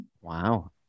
wow